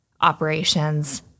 operations